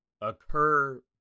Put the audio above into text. occur